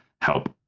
help